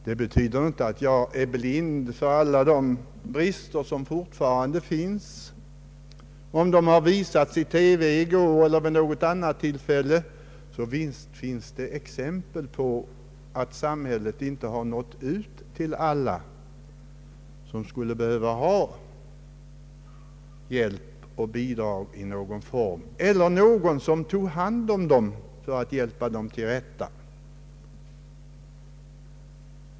Det betyder inte att jag är blind för alla de brister som fortfarande finns. Om sådana brister nu har visats i TV — så som skedde i går — eller vid något annat tillfälle, så visst finns det exempel på att samhället inte har nått ut till alla som skulle behöva hjälp och bidrag i någon form eller någon som tog hand om dem för att hjälpa dem till rätta.